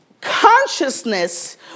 consciousness